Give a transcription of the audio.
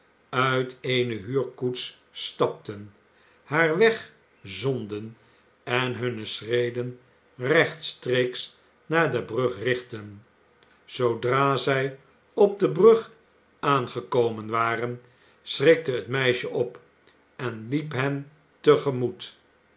uit eene huurkoets stapten haar weg zonden en hunne schreden rechtstreeks naar de brug richtten zoodra zij op de brug aangekomen waren schrikte het meisje op en liep hen te gemoet